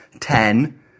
ten